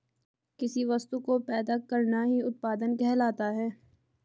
किसी वस्तु को पैदा करना ही उत्पादन कहलाता है